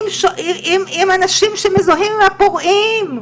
עם אנשים שמזוהים עם הפורעים,